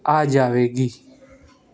ਆ ਜਾਵੇਗੀ